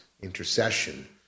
intercession